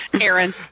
Aaron